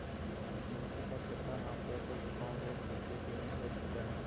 मधुमक्खी का छत्ता आमतौर पर गुफाओं व खोखले पेड़ों पर दिखता है